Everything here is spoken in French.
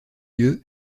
yeux